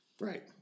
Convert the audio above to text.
Right